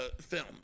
film